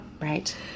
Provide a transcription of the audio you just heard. Right